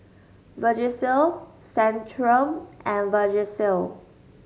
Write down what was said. Vagisil Centrum and Vagisil